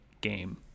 game